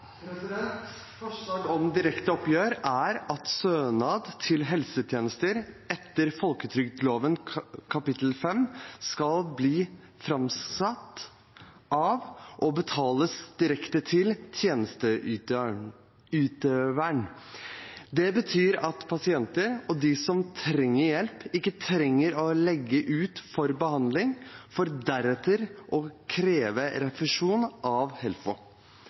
om direkte oppgjør innebærer at stønad til helsetjenester etter folketrygdloven kapittel 5 skal bli framsatt av og betales direkte til tjenesteyteren. Det betyr at pasienter og andre som trenger hjelp, ikke trenger å legge ut for behandling for deretter å kreve refusjon av